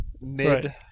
mid